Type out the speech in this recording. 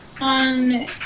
on